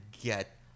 get